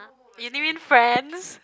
ah you need mean friends